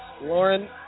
Lauren